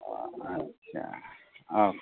आदसा औ